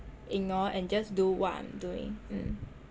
ignore and just do what I'm doing mm